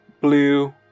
Blue